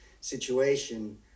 situation